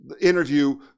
interview